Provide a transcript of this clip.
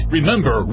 Remember